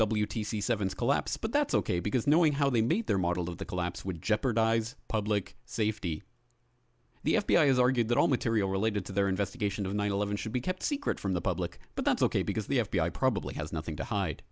c seven is collapse but that's ok because knowing how they meet their model of the collapse would jeopardize public safety the f b i has argued that all material related to their investigation of nine eleven should be kept secret from the public but that's ok because the f b i probably has nothing to hide